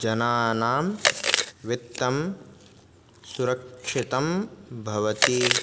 जनानां वित्तं सुरक्षितं भवति